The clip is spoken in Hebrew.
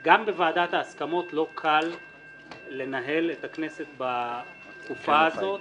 גם בוועדת ההסכמות לא קל לנהל את הכנסת בתקופה הזאת,